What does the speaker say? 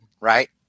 right